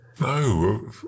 No